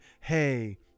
Hey